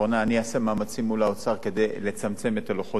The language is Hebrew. אני אעשה מאמצים מול האוצר כדי לצמצם את לוחות הזמנים.